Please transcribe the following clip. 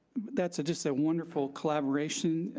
that's just a wonderful collaboration.